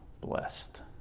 blessed